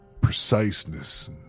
preciseness